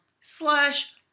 slash